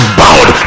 bound